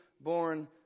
born